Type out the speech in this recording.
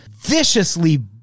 viciously